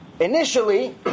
initially